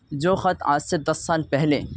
جو خط آج سے دس سال پہلے